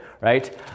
right